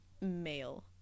male